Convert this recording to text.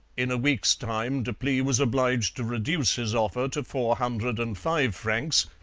in a week's time deplis was obliged to reduce his offer to four hundred and five francs,